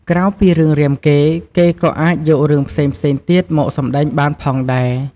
ក្រៅពីរឿងរាមកេរ្តិ៍ គេក៏អាចយករឿងផ្សេងៗទៀតមកសម្ដែងបានផងដែរ។